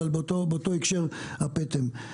אבל באותו הקשר הפטם.